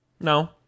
No